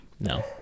no